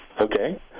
Okay